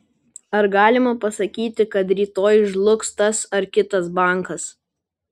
ar galima pasakyti kad rytoj žlugs tas ar kitas bankas